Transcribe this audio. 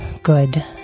Good